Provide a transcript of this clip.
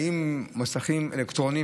אם מסכים אלקטרוניים,